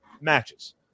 matches